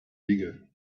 bigger